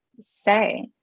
say